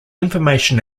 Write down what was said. information